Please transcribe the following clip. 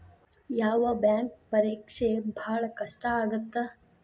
ಯಾವ್ ಬ್ಯಾಂಕ್ ಪರೇಕ್ಷೆ ಭಾಳ್ ಕಷ್ಟ ಆಗತ್ತಾ?